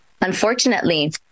Unfortunately